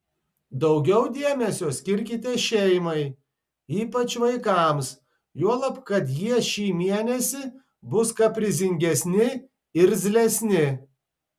daugiau dėmesio skirkite šeimai ypač vaikams juolab kad jie šį mėnesį bus kaprizingesni irzlesni